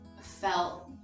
felt